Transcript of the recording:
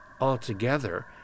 altogether